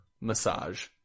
massage